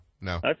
No